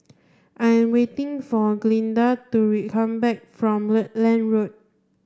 I am waiting for Glinda to come back from Rutland Road